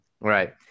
Right